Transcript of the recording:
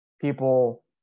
people